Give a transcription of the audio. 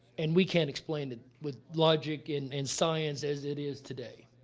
and we can't explain that with logic and and science as it is today